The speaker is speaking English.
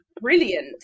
brilliant